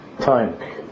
Time